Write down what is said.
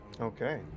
Okay